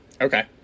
Okay